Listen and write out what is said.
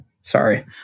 Sorry